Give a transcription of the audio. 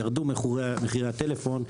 ירדו מחירי הטלפון,